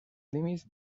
límits